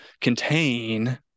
contain